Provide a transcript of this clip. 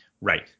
Right